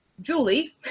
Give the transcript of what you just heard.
julie